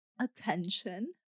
Attention